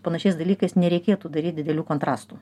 panašiais dalykais nereikėtų daryt didelių kontrastų